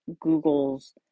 Google's